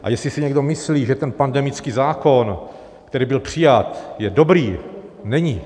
A jestli si někdo myslí, že pandemický zákon, který byl přijat, je dobrý není.